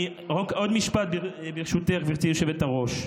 עוד משפט, ברשותך, גברתי היושבת-ראש.